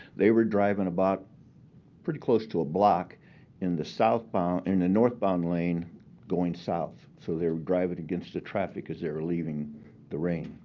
they were driving about pretty close to a block in the southbound in the northbound lane going south. so they were driving against the traffic as they were leaving the reign.